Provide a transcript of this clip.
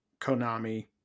Konami